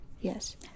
yes